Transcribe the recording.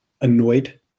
annoyed